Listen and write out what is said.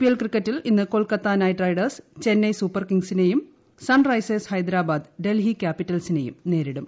I P L ക്രിക്കറ്റിൽ ഇന്ന് Kolkata Knight Riders Chennai Super കിംങ്സിനെയും സൺറൈസേഴ്സ് ഹൈദരാബാദ് ഡൽഹി ക്യാപിറ്റൽസിനേയും നേരിടും